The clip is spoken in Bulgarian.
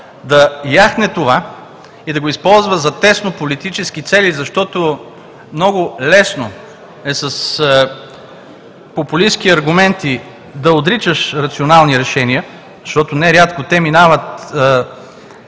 да яхне това и да го използва за теснополитически цели, защото много лесно е с популистки аргументи да отричаш рационални решения, защото нерядко те минават